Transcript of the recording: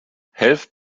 helft